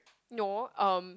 no um